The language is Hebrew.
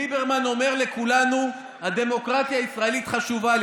ליברמן אומר לכולנו: הדמוקרטיה הישראלית חשובה לי.